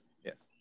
yes